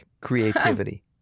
creativity